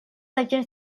agents